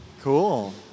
Cool